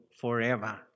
forever